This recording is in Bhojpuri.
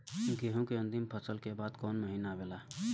गेहूँ के अंतिम फसल के बाद कवन महीना आवेला?